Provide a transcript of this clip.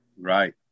Right